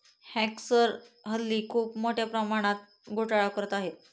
hackers हल्ली खूप मोठ्या प्रमाणात घोटाळा करत आहेत